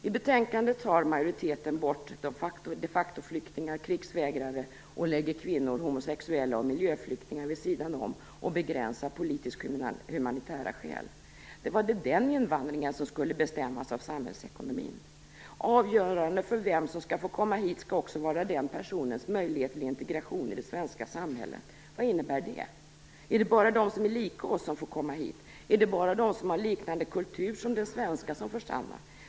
I betänkandet tar majoriteten bort de factoflyktingar, krigsvägrare, lägger kvinnor, homosexuella och miljöflyktingar vid sidan om och begränsar politisk-humanitära skäl. Det var den invandringen som skulle bestämmas av samhällsekonomin. Avgörande för vem som skall få komma hit skall också var den personens möjlighet till integration i det svenska samhället. Vad innebär det? Är det bara de som är lika oss som får komma hit? Är det bara de som har liknande kultur som den svenska som får stanna?